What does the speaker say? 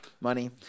money